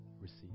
receive